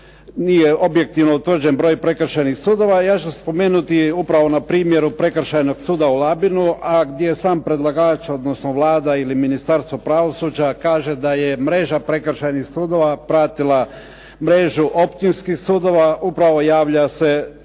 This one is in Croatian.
nije objektivno utvrđen broj prekršajnih sudova. Ja ću spomenuti upravo na primjeru Prekršajnog suda u Labinu, a gdje sam predlagač, odnosno Vlada ili Ministarstvo pravosuđa kaže da je mreža prekršajnih sudova pratila mrežu općinskih sudova. Upravo javlja se